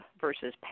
versus